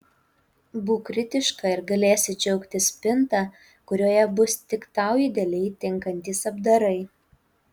būk kritiška ir galėsi džiaugtis spinta kurioje bus tik tau idealiai tinkantys apdarai